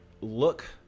look